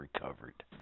recovered